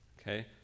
Okay